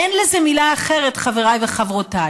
אין לזה מילה אחרת, חבריי וחברותיי,